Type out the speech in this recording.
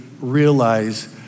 realize